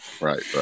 Right